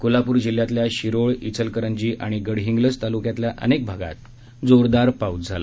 कोल्हापूर जिल्ह्यातल्या शिरोळ ा चलकरंजी आणि गडहिंग्लज तालुक्यातल्या अनेक भागात जोरदार पाऊस झाला